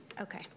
Okay